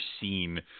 seen